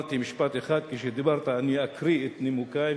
אמרתי משפט אחד כשדיברת: אקריא את נימוקי,